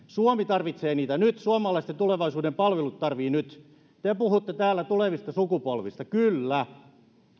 suomi tarvitsee niitä nyt suomalaisten tulevaisuuden palvelut tarvitsevat niitä nyt te puhutte täällä tulevista sukupolvista kyllä